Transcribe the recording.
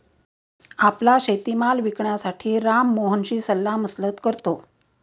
आपला शेतीमाल विकण्यासाठी राम मोहनशी सल्लामसलत करतो